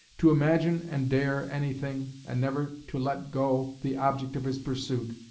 to imagine and dare anything, and never to let go the object of his pursuit,